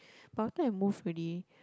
but after I move already